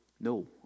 No